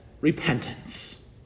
repentance